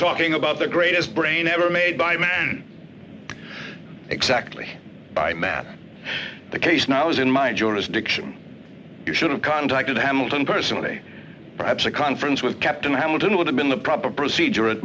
talking about the greatest brain ever made by man exactly by man the case now is in my jurisdiction you should have contacted hamilton personally perhaps a conference with captain hamilton would have been the proper procedure it